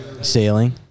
Sailing